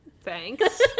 Thanks